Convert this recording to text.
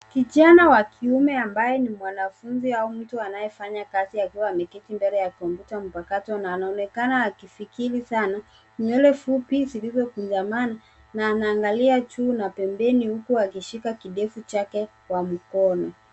Kijana wa kiume ambaye ni mwanafunzi au mtu anayefanya kazi akiwa ameketi mbele ya kompyuta mpakato na anaonekana akifikiri sana. Nywele fupi zilizokunjana na anaangalia juu na pembeni huku akishika kidevu chake kwa mkono.